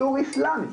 איסור אסלאמי.